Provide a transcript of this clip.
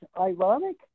ironic